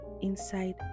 inside